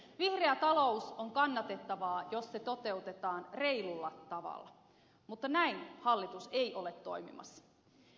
vihreä talous on kannatettavaa jos se toteutetaan reilulla tavalla mutta näin hallitus ei ole toimimassa